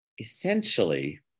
essentially